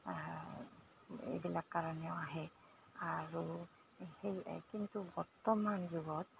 এইবিলাক কাৰণেও আহে আৰু সেই কিন্তু বৰ্তমান যুগত